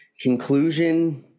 conclusion